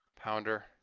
Pounder